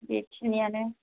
बेखिनिआनो